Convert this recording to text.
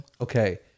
okay